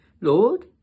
Lord